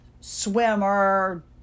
swimmer